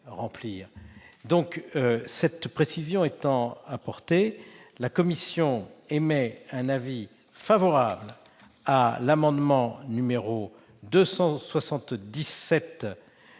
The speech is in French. remplir. Cette précision étant apportée, la commission émet un avis favorable sur l'amendement n° 277